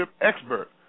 expert